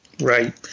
Right